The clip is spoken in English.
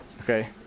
Okay